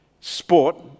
sport